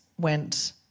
went